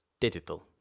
Digital